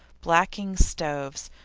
blacking stoves,